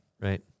right